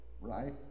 Right